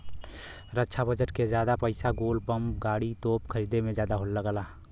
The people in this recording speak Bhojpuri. रक्षा बजट के जादा पइसा गोला बम गाड़ी, तोप खरीदे में जादा लगला